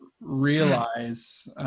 realize